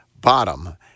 bottom